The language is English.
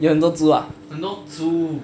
有很多猪 ah